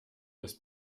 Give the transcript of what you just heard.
ist